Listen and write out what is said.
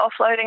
offloading